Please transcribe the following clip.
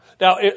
Now